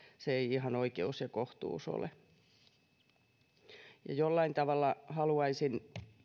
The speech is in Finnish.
se ei ihan oikeus ja kohtuus ole jollain tavalla haluaisin